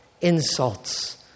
insults